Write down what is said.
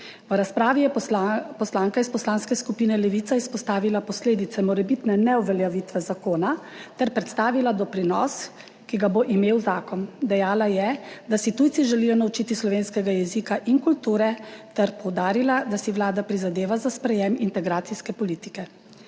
V razpravi je poslanka iz Poslanske skupine Levica izpostavila posledice morebitne neuveljavitve zakona ter predstavila doprinos, ki ga bo imel zakon. Dejala je, da si tujci želijo naučiti slovenskega jezika in kulture ter poudarila, da si vlada prizadeva za sprejem integracijske politike.